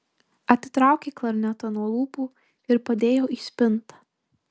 atitraukė klarnetą nuo lūpų ir padėjo į spintą